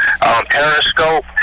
Periscope